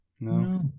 No